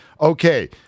Okay